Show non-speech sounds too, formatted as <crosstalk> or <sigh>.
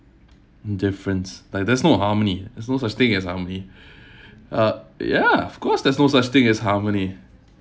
difference like there's no harmony there's no such thing as harmony <breath> uh ya of course there is no such thing as harmony